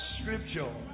scripture